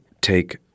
take